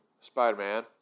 Spider-Man